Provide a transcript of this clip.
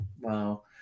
Wow